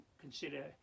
consider